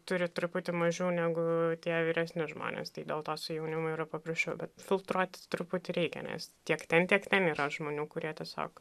turi truputį mažiau negu tie vyresni žmonės tai dėl to su jaunimu yra paprasčiau bet filtruoti truputį reikia nes tiek ten tiek ten yra žmonių kurie tiesiog